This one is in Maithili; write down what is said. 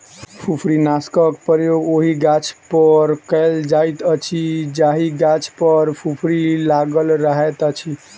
फुफरीनाशकक प्रयोग ओहि गाछपर कयल जाइत अछि जाहि गाछ पर फुफरी लागल रहैत अछि